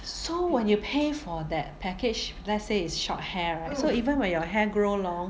so when you pay for that package let's say is short hair right so even when your hair grow long